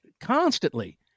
constantly